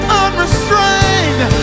unrestrained